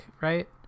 right